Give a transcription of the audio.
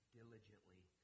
diligently